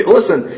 Listen